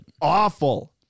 awful